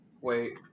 Wait